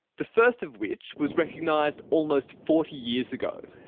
the first of which was recognised almost forty years ago.